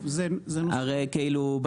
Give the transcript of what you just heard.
הרי כאילו,